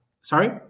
Sorry